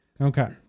Okay